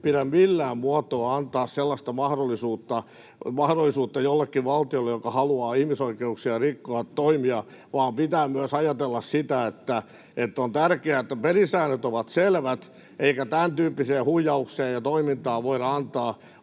pidä millään muotoa antaa sellaista mahdollisuutta toimia jollekin valtiolle, joka haluaa ihmisoikeuksia rikkoa, vaan pitää myös ajatella sitä, että on tärkeää, että pelisäännöt ovat selvät eikä tämäntyyppiseen huijaukseen ja toimintaan voida antaa eväitä.